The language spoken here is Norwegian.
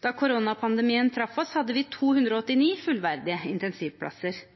Da koronapandemien traff oss, hadde vi 289 fullverdige intensivplasser.